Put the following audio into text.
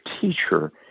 teacher